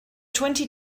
twenty